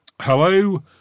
Hello